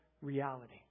reality